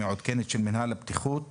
מינהל הבטיחות